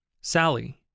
Sally